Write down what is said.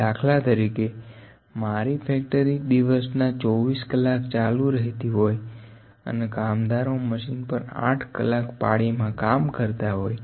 દાખલા તરીકે મારી ફેક્ટરી દિવસના 24 કલાક ચાલુ રહેતી હોય અને કામદારો મશીન પર 8 કલાક પાળી મા કામ કરતા હોય